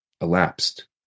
elapsed